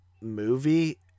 movie